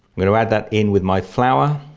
you know add that in with my flour.